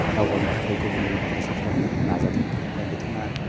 दावगानो थाखाय गुबुन गुबुन फरायसाफ्राबो नाजादों आरो बिथाङा